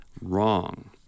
wrong